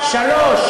אלו מקומות חניה,